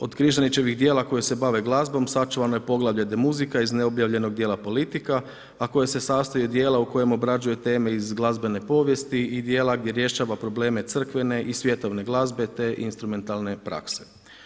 Od Križanićevih djela koja se bave glazbom sačuvano je poglavlje …/Govornik se ne razumije. iz neobjavljenog djela Politika, a koja se sastoji od djela u kojem obrađuje teme iz glazbene povijesti i djela gdje rješava probleme crkvene i svjetovne glazbe te instrumentalne prakse.